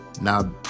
Now